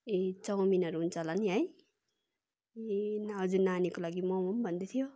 ए चाउमिनहरू हुन्छ होला नि है ए न हजुर नानीको लागि मम पनि भन्दै थियो